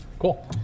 Cool